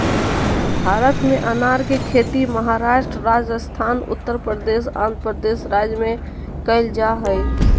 भारत में अनार के खेती महाराष्ट्र, राजस्थान, उत्तरप्रदेश, आंध्रप्रदेश राज्य में कैल जा हई